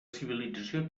civilització